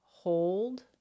Hold